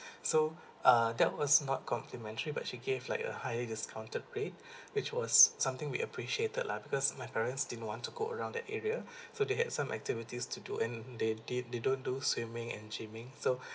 so uh that was not complimentary but she gave like a highly discounted rate which was something we appreciated lah because my parents didn't want to go around that area so they had some activities to do and they did they don't do swimming and gymming so